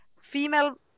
female